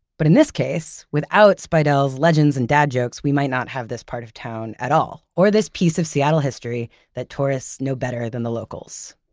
but, in this case, without spiedel's legends and dad jokes, we might not have this part of town at all or this piece of seattle history that tourists know better than the locals